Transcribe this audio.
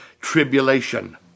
tribulation